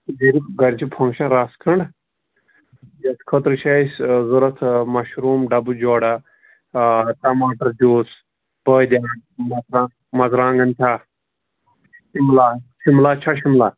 گَرِ گرِ چھِ فَنٛگشَن رَژھ کھَنٛڈ یَتھ خٲطرٕ چھِ اسہِ ضروٗرت آ مَشروٗم ڈَبہٕ جوراہ آ ٹَماٹَر جوٗس بٲدِیان مژررانٛگ مَرژٕواںٛگَن چھا شِملا شِملا چھَا شِملا